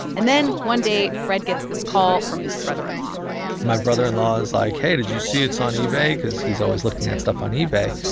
and then, one day, fred gets this call from his brother-in-law my brother-in-law's like hey, did you see it's on ebay? because he's always looking at stuff on ebay.